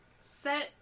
set